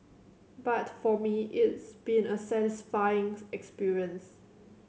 but for me it's been a satisfying experience